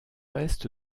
est